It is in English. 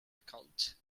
account